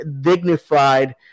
dignified